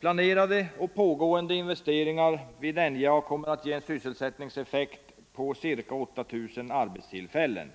Planerade och pågående investeringar vid NJA kommer att ge en sysselsättningseffekt på ca 8 000 arbetstillfällen.